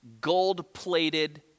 gold-plated